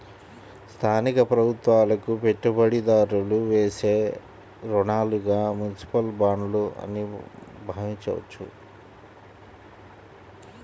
స్థానిక ప్రభుత్వాలకు పెట్టుబడిదారులు చేసే రుణాలుగా మునిసిపల్ బాండ్లు అని భావించవచ్చు